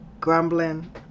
Grumbling